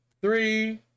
three